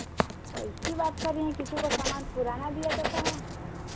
कैसी बात कर रही हैं किसी को सामान पुराना दिया जाता है